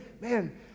man